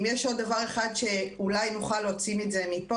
עם יש עוד דבר אחד שאולי נוכל להוציא מפה,